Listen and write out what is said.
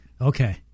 Okay